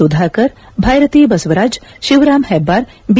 Sudhakar Byrathi Basavaraj Shivaram Hebbar B